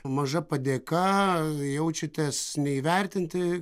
maža padėka jaučiatės neįvertinti